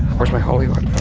where's my holy water?